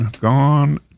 gone